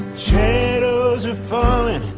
shadows are falling,